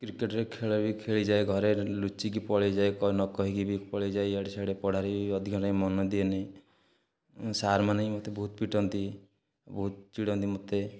କ୍ରିକେଟ୍ରେ ଖେଳ ବି ଖେଳି ଯାଏ ଘରେ ଲୁଚିକି ପଳେଇଯାଏ ନ କହିକି ବି ପଳେଇ ଯାଏ ଇଆଡ଼େ ସିଆଡ଼େ ପଢ଼ାରେ ବି ଅଧିକ ଟାଇମ୍ ମନ ଦିଏନି ସାର୍ମାନେ ଭି ମୋତେ ବହୁତ ପିଟନ୍ତି ବହୁତ ଚିଡ଼ନ୍ତି ମୋତେ